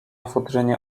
futrynie